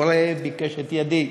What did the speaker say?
כורה, ביקש את ידי.